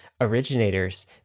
originators